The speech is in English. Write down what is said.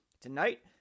tonight